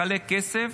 לחלק כסף